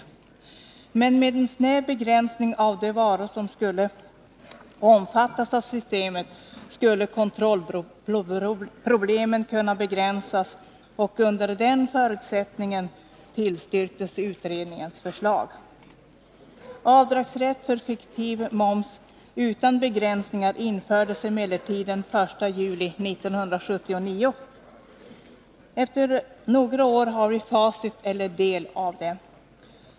Men med en snäv avgränsning av de varor som skulle omfattas av systemet skulle kontrollproblemen kunna begränsas, och under den förutsättningen tillstyrktes utredningens förslag. Avdragsrätt för fiktiv moms utan begränsningar infördes emellertid den 1 juli 1979. Efter några år har vi facit, eller en del av det.